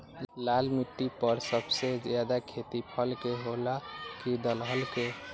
लाल मिट्टी पर सबसे ज्यादा खेती फल के होला की दलहन के?